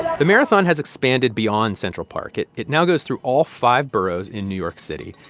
the marathon has expanded beyond central park. it it now goes through all five boroughs in new york city,